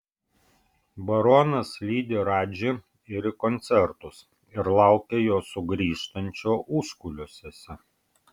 baronas lydi radži ir į koncertus ir laukia jo sugrįžtančio užkulisiuose